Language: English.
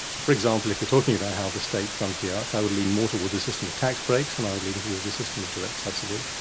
for example, if you're talking about how the state funds the arts, i would lean more towards a system of tax breaks than i would lean towards a system of direct subsidy.